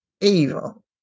evil